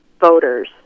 voters